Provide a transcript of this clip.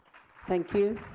thank you.